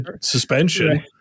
suspension